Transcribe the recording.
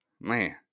Man